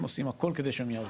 עושים הכל כדי שהם יעזבו.